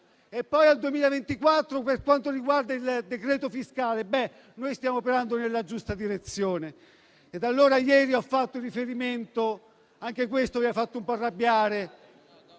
e poi, al 2024, per quanto riguarda il decreto fiscale, stiamo operando nella giusta direzione. Ieri ho fatto un riferimento, che vi ha fatto un po' arrabbiare,